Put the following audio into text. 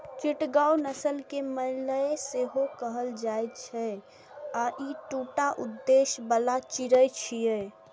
चिटगांव नस्ल कें मलय सेहो कहल जाइ छै आ ई दूटा उद्देश्य बला चिड़ै छियै